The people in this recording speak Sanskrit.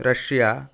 रष्या